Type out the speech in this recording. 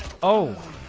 oh